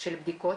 של בדיקות.